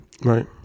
Right